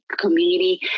community